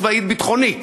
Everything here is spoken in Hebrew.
גם משמעות צבאית ביטחונית,